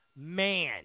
man